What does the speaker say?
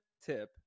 tip